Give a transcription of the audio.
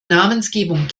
namensgebung